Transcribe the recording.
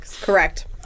Correct